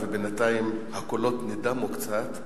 ובינתיים הקולות נדמו קצת,